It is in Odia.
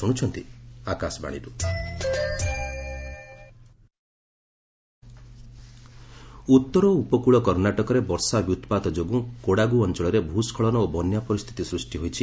ରେନ୍ ଉତ୍ତର ଓ ଉପକୂଳ କର୍ଷ୍ଣାଟକରେ ବର୍ଷା ବ୍ୟୁପ୍ପାତ ଯୋଗୁଁ କୋଡ଼ାଗୁ ଅଞ୍ଚଳରେ ଭୂସ୍କଳନ ଓ ବନ୍ୟା ପରିସ୍ଥିତି ସୃଷ୍ଟି ହୋଇଛି